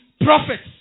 prophets